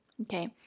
okay